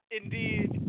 indeed